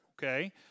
okay